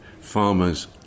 farmers